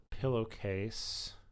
pillowcase